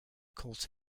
calls